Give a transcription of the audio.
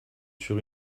sur